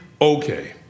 okay